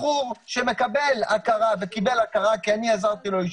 בחור שמקבל הכרה וקיבל הכרה כי אני אישית עזרתי לו,